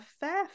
fair